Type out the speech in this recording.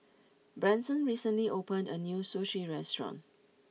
Branson recently opened a new Sushi restaurant